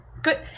good